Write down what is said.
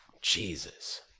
Jesus